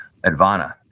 Advana